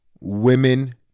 women